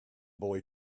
boy